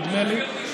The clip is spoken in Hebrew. נדמה לי.